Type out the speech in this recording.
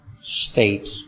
state